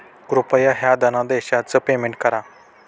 कृपया ह्या धनादेशच पेमेंट करा